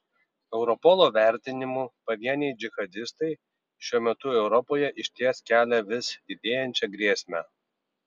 europolo vertinimu pavieniai džihadistai šiuo metu europoje išties kelia vis didėjančią grėsmę